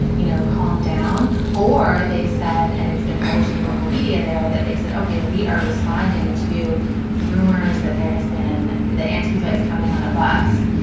you know, calm down, or they've said and it's been published in local media there that they've said, ok, we are responding to rumors that there has been the antifa is coming on a bus.